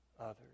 others